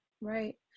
Right